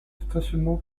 stationnement